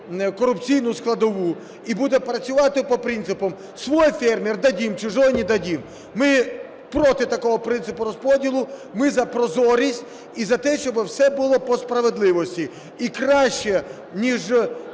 корупційну складову і буде працювати за принципом: "Свой фермер – дадим, чужой – не дадим". Ми проти такого принципу розподілу. Ми за прозорість і за те, щоби все було по справедливості. І краще, ніж